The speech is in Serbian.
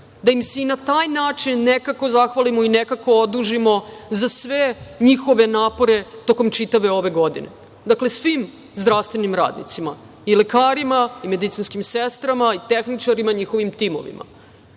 da im se i na taj način nekako zahvalimo i nekako odužimo za sve njihove napore tokom čitave ove godine. Dakle, svim zdravstvenim radnicima, i lekarima, i medicinskim sestrama, tehničarima, njihovim timovima. Kada